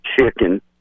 chicken